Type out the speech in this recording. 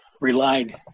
relied